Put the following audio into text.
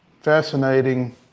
fascinating